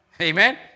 Amen